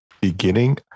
beginning